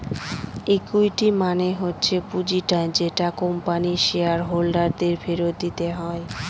equity মানে হচ্ছে পুঁজিটা যেটা কোম্পানির শেয়ার হোল্ডার দের ফেরত দিতে হয়